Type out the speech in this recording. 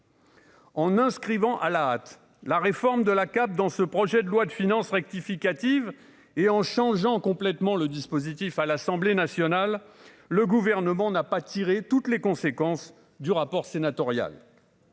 en inscrivant à la hâte, la réforme de la carte dans ce projet de loi de finances rectificative et en changeant complètement le dispositif à l'Assemblée nationale, le gouvernement n'a pas tiré toutes les conséquences du rapport sénatorial,